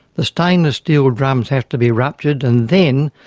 the stainless steel drums have to be ruptured and then,